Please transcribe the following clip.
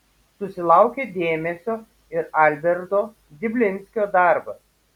susilaukė dėmesio ir alberto diblinskio darbas